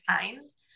times